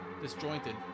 disjointed